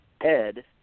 Ed